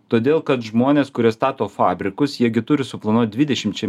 todėl kad žmonės kurie stato fabrikus jie gi turi suplanuot dvidešimčiai